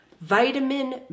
vitamin